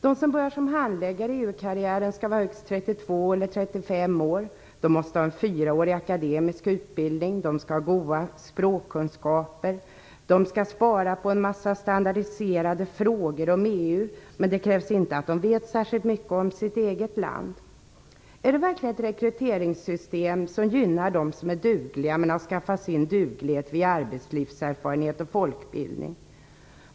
De som börjar som handläggare i EU-karriären skall vara högst 32 eller 35 år. De måste ha en fyraårig akademisk utbildning, de skall ha goda språkkunskaper, de skall svara på en massa standardiserade frågor om EU, men det krävs inte att de vet särskilt mycket om sitt eget land. Är det verkligen ett rekryteringssystem som gynnar dem som är dugliga och har skaffat sin duglighet via arbetslivserfarenhet och folkbildning.